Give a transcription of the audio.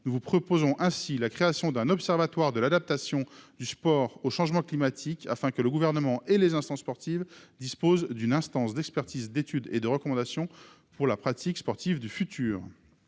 : nous proposons la création d'un observatoire de l'adaptation du sport au changement climatique afin que le Gouvernement et les autorités sportives disposent d'une instance d'expertise, d'étude et de recommandation pour la pratique sportive du futur.